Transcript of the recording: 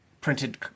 printed